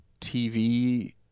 TV